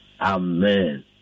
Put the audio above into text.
Amen